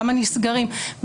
כמה נסגרים,